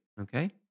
Okay